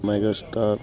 mega star